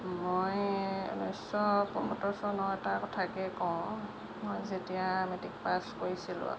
মই ঊনৈছশ পয়সত্তৰ চনৰ এটা কথাকে কওঁ মই যেতিয়া মেট্ৰিক পাছ কৰিছিলোঁ আৰু